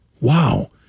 Wow